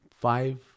Five